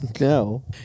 No